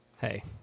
Hey